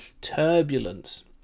turbulence